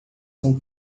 com